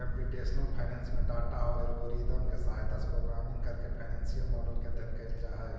computational finance में data औउर algorithm के सहायता से प्रोग्रामिंग करके फाइनेंसियल मॉडल के अध्ययन कईल जा हई